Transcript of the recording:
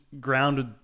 grounded